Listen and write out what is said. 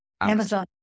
Amazon